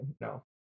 No